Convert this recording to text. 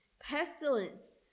pestilence